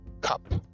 cup